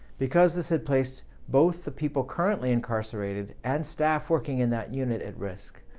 because this had placed both the people currently incarcerated and staff working in that unit at risk,